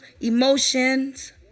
emotions